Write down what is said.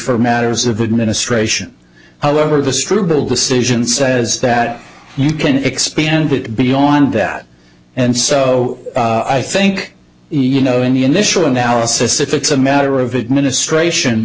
for matters of administration however the struble decision says that you can expand it beyond that and so i think you know in the initial analysis if it's a matter of it ministration